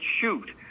shoot